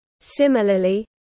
Similarly